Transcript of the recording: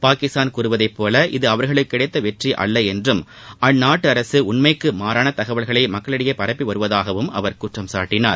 பாகிஸ்தான் கூறுவது போல இது அவர்களுக்கு கிடைத்த வெற்றி அல்ல என்றும் அந்நாட்டு அரசு உண்மைக்கு மாறான தகவல்களை மக்களிடையே பரப்பி வருவதாகவும் அவர் குற்றம் சாட்டினார்